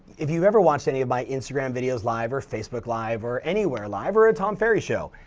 if you've ever watched any of my instagram videos live or facebook live or anywhere live or a tom ferry show,